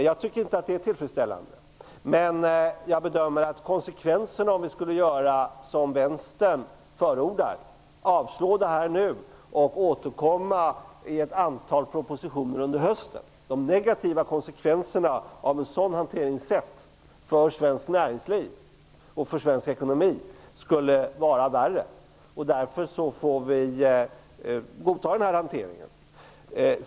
Jag tycker inte att det är tillfredsställande, men jag bedömer att om vi skulle göra som Vänstern förordar, dvs. skulle avslå propositionens förslag nu och återkomma i ett antal propositioner under hösten, skulle de negativa konsekvenserna för svenskt näringsliv och för svensk ekonomi bli värre, och därför får vi godta den föreslagna hanteringen.